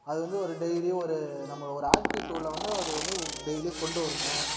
அது வந்து ஒரு டெய்லி ஒரு நம்மளை ஒரு ஆக்டிவ் டூலில் வந்து அது வந்து டெய்லி கொண்டு வரணும்